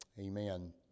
amen